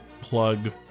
plug